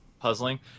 Puzzling